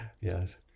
yes